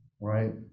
right